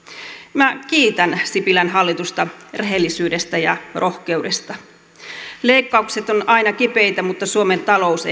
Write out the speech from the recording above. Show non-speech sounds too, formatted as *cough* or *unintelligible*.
minä kiitän sipilän hallitusta rehellisyydestä ja rohkeudesta leikkaukset ovat aina kipeitä mutta suomen talous *unintelligible*